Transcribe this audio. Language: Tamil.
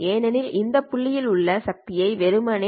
ஏனெனில் இந்த புள்ளியில் உள்ள சக்தி ஐ வெறுமனே